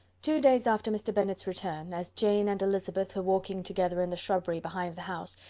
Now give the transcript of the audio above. two days after mr. bennet's return, as jane and elizabeth were walking together in the shrubbery behind the house,